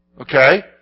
Okay